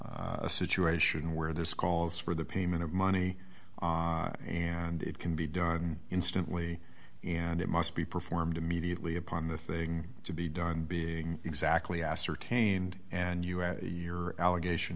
a situation where there's calls for the payment of money and it can be done instantly and it must be performed immediately upon the thing to be done being exactly ascertained and you and your allegation